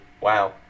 Wow